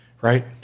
right